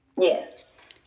Yes